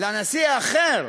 לנשיא האחר